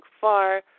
far